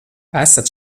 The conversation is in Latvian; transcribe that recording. esat